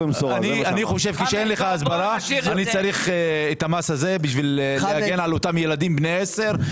אני צריך את המס הזה כדי להגן על אותם ילדים בני 10,